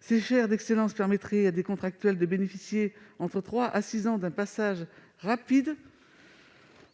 Ces « chaires d'excellence » permettraient à des contractuels de bénéficier en trois à six ans d'un passage rapide